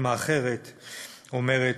אימא אחרת אומרת: